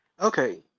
Okay